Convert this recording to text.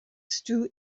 stew